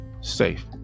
safe